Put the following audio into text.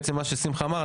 כמו ששמחה אמר,